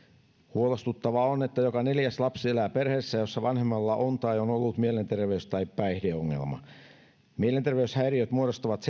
huolestuttavaa on että joka neljäs lapsi elää perheessä jossa vanhemmalla on tai on ollut mielenterveys tai päihdeongelma mielenterveyshäiriöt muodostavat